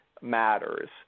matters